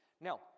Now